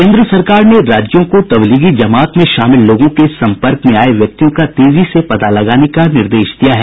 केंद्र सरकार ने राज्यों को तबलीगी जमात में शामिल लोगों के संपर्क में आये व्यक्तियों का तेजी से पता लगाने का निर्देश दिया है